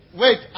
wait